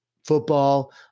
football